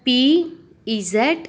பிஇசட்